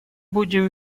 будем